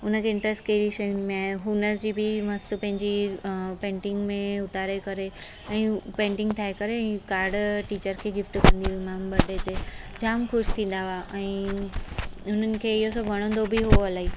हुनखे इंट्रस कहिड़ी शयुनि में आहे हुनजी बि मस्तु पंहिंजी पेंटिंग में उतारे करे ऐं पेंटिंग ठाहे करे ई काड टीचर खे गिफ़्ट कंदी हूअमि बडे ते जाम ख़ुशि थींदा हुआ ऐं उन्हनि खे इहो सभु वणंदो बि हो इलाही